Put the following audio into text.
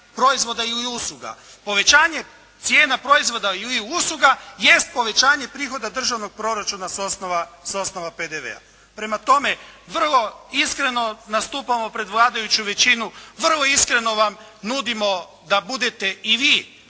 proizvoda i usluga. Povećanje cijena proizvoda ili usluga, jest povećanje prihoda proračuna s osnova PDV-a. Prema tome, vrlo iskreno nastupamo pred vladajuću većinu, vrlo iskreno vam nudimo da budete i vi